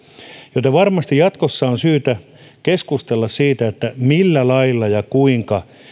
joten varmasti jatkossa on syytä keskustella siitä millä lailla ja kuinka